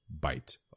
bite